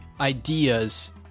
ideas